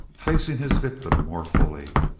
facing his victim more fully.